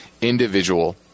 individual